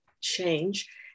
change